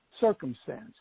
circumstance